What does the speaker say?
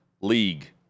league